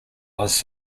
was